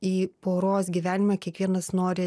į poros gyvenimą kiekvienas nori